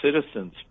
citizens